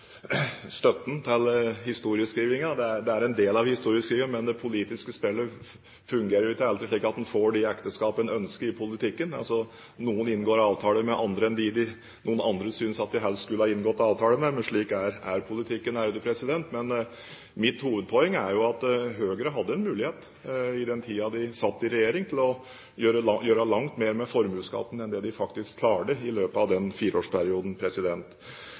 støtten til historieskrivingen. Det er en del av historieskrivingen, men det politiske spillet fungerer ikke alltid slik at man får de ekteskapene man ønsker seg i politikken. Noen inngår avtaler med andre enn dem noen andre synes de helst skulle ha inngått avtaler med, men slik er politikken. Mitt hovedpoeng er jo at Høyre hadde en mulighet da de satt i regjering til å gjøre langt mer med formuesskatten enn det de faktisk klarte i løpet av den fireårsperioden.